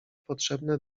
potrzebne